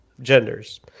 genders